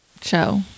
show